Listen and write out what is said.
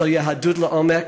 של יהדות לעומק,